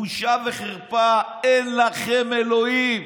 "בושה וחרפה, אין לכם אלוהים.